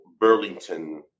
Burlington